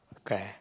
okay